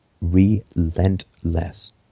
relentless